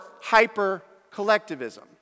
hyper-collectivism